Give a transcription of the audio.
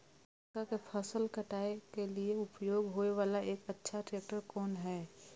मक्का के फसल काटय के लिए उपयोग होय वाला एक अच्छा ट्रैक्टर कोन हय?